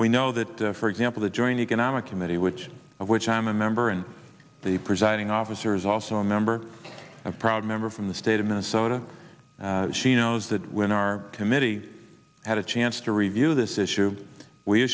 we know that for example the joint economic committee which of which i'm a member and the presiding officer is also a member of proud member from the state of minnesota she knows that when our committee had a chance to review this issue we